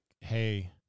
hey